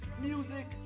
Music